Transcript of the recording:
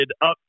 up